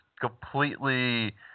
completely